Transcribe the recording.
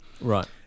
Right